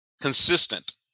consistent